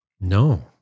No